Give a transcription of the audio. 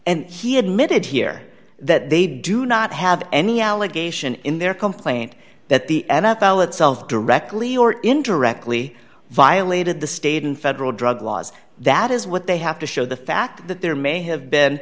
and he admitted here that they do not have any allegation in their complaint that the n f l itself directly or indirectly violated the state and federal drug laws that is what they have to show the fact that there may have been